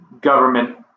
government